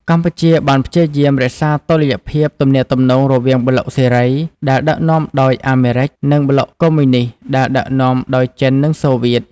កម្ពុជាបានព្យាយាមរក្សាតុល្យភាពទំនាក់ទំនងរវាងប្លុកសេរី ដែលដឺកនាំដោយអាមេរិក និងប្លុកកុម្មុយនីស្តដែលដឺកនាំដោ ចិននិងសូវៀត។